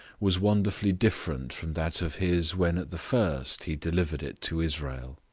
was wonderfully different from that of his, when at the first he delivered it to israel.